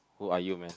who are you man